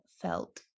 felt